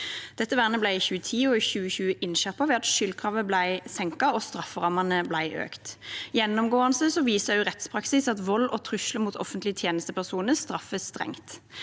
Dette vernet ble i 2010 og i 2020 innskjerpet ved at skyldkravet ble senket og strafferammene økt. Gjennomgående viser også rettspraksis at vold og trusler mot offentlige tjenestepersoner straffes strengt.